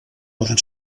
poden